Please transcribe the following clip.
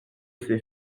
ses